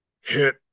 Hit